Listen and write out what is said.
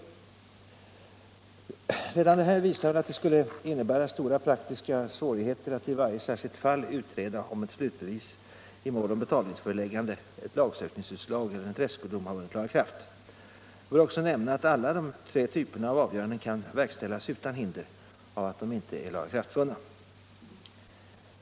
Redan detta visar att det skulle innebära stora praktiska svårigheter att i varje särskilt fall utreda om ett slutbevis i mål om betalningsföreläggande, ett lagsökningsutslag eller en tredskodom har vunnit laga kraft. Nämnas bör också att alla de tre typerna av avgöranden kan verkställas utan hinder av att de inte är lagakraftvunna.